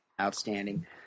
Outstanding